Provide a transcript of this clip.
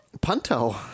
Punto